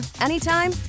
anytime